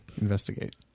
investigate